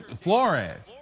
Flores